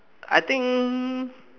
I think